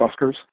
buskers